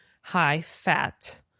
high-fat